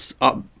up